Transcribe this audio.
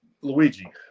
Luigi